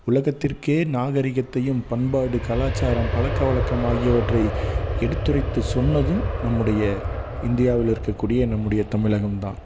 உலகத்திற்கே நாகரீகத்தையும் பண்பாடு கலாச்சாரம் பழக்கவலக்கம் ஆகியவற்றை எடுத்துரைத்து சொன்னதும் நம்முடைய இந்தியாவில் இருக்கக்கூடிய நம்முடைய தமிழகம் தான்